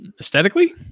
aesthetically